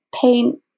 paint